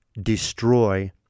destroy